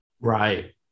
Right